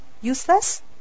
useless